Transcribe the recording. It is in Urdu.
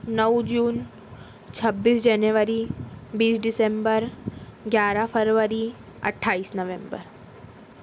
نو جون چھبیس جنوری بیس ڈسمبر گیارہ فروری اٹھائیس نومبر